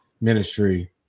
ministry